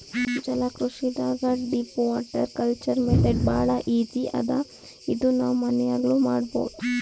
ಜಲಕೃಷಿದಾಗ್ deep water culture method ಭಾಳ್ easy ಅದಾ ಇದು ನಾವ್ ಮನ್ಯಾಗ್ನೂ ಮಾಡಬಹುದ್